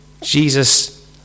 Jesus